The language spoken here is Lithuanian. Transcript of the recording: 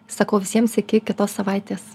sakau visiems iki kitos savaitės